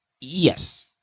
Yes